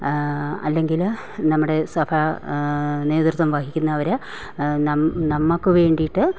അല്ലെങ്കിൽ നമ്മുടെ സഭാ നേതൃത്വം വഹിക്കുന്നവർ നമുക്ക് വേണ്ടിയിട്ട്